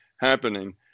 Happening